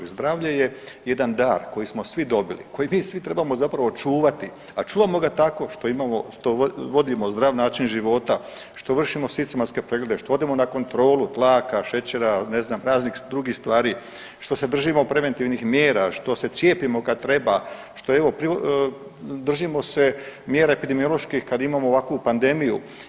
Zdravlje je jedan dar koji smo svi dobili, koje mi svi zapravo trebamo čuvati a čuvamo ga tako što imamo, što vodimo zdrav način života, što vršimo sistematske preglede, što odemo na kontrolu tlaka, šećera, ne znam raznih drugih stvari, što se držimo preventivnih mjera, što se cijepimo kad treba, što evo držimo se mjere epidemioloških kad imamo ovakvu pandemiju.